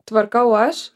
tvarkau aš